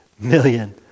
million